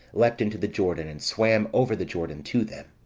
leapt into the jordan, and swam over the jordan to them.